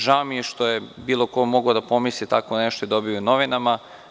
Žao mi je što je bilo ko mogao da pomisli tako nešto, a dobio je u novinama.